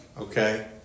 okay